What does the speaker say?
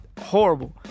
horrible